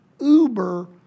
uber